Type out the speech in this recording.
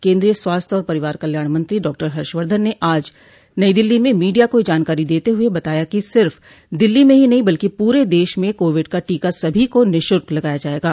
केंद्रीय स्वास्थ्य और परिवार कल्याण मंत्री डॉक्टर हर्षवर्धन ने आज नई दिल्ली में मीडिया को यह जानकारी देते हुए बताया कि सिर्फ दिल्ली में ही नहीं बल्कि पूरे देश में कोविड का टीका सभी को निःशुल्क लगाया जाएगा